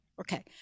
Okay